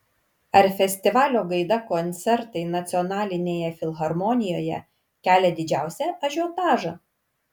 ar festivalio gaida koncertai nacionalinėje filharmonijoje kelia didžiausią ažiotažą